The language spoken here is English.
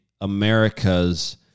America's